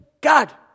God